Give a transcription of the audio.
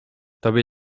tobie